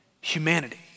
humanity